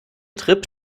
trip